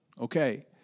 Okay